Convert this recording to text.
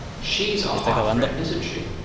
she's a hot friend, isn't she!